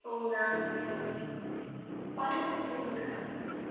औ ना माथो खालामदों नोंथाङालाय